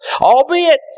albeit